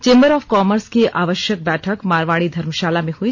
chamber of commerce की आवश्यक बैठक मारवाड़ी धर्मशाला में हुई